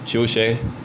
求学